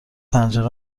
پنجره